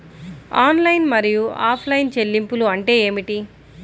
Online మరియు offline చెల్లింపులు అంటే ఏమిటి?